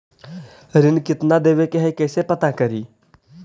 ऋण कितना देवे के है कैसे पता करी?